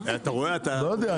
אתה רואה, אתה --- לא יודע.